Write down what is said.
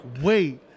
wait